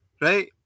Right